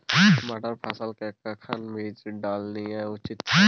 मटर फसल के कखन बीज डालनाय उचित छै?